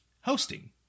hosting